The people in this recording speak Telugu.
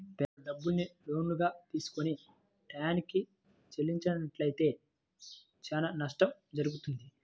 బ్యేంకుల్లో డబ్బుని లోనుగా తీసుకొని టైయ్యానికి చెల్లించనట్లయితే చానా నష్టం జరుగుద్ది